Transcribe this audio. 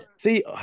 See